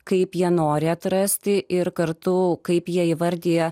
kaip jie nori atrasti ir kartu kaip jie įvardija